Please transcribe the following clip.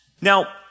Now